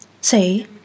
say